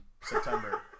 September